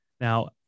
now